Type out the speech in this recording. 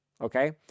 Okay